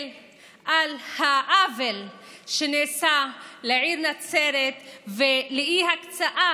על העוול שנעשה לעיר נצרת ולאי-הקצאה,